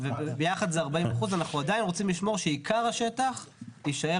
וביחד זה 40%. אנחנו עדיין רוצים לשמור שעיקר השטח יישאר